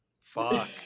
Fuck